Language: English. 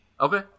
okay